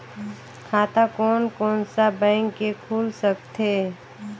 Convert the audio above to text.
खाता कोन कोन सा बैंक के खुल सकथे?